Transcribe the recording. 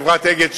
חברת "אגד",